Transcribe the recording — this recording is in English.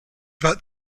about